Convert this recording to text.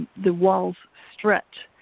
the walls stretch,